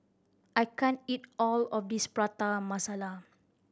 I can't eat all of this Prata Masala